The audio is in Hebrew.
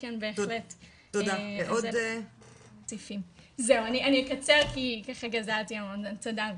זהו, אני אקצר, תודה.